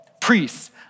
Priests